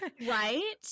Right